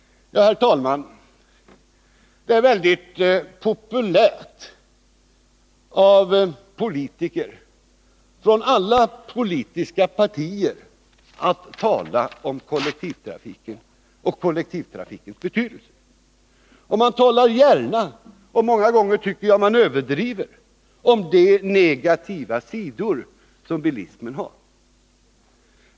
Herr talman! Det är väldigt populärt hos politiker från alla partier att tala om kollektivtrafiken och dess betydelse. Man talar gärna — och många gånger tycker jag att man överdriver — om de negativa sidor som bilismen har.